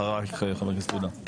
אחרייך חבר הכנסת עודה.